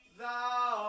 thou